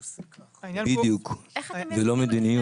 בדיוק, זה לא מדיניות.